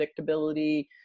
predictability